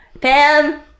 Pam